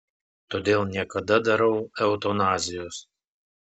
todėl niekada darau eutanazijos